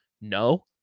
No